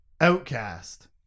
Outcast